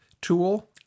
tool